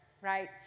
right